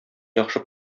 яхшы